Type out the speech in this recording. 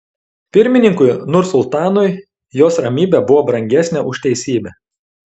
pirmininkui nursultanui jos ramybė buvo brangesnė už teisybę